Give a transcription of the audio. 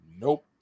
Nope